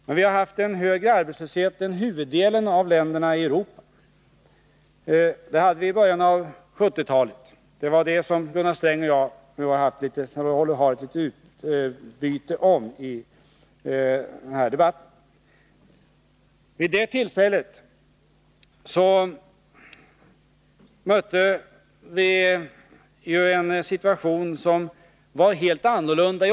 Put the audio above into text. Men det var en tid då vi hade högre arbetslöshet än huvuddelen av länderna i Europa, och det var i början av 1970-talet — och det är det som Gunnar Sträng och jag nu har ett litet meningsutbyte om i den här debatten. Då var situationen i vår omvärld helt annorlunda.